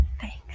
Thanks